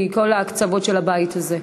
מכל הקצוות של הבית הזה.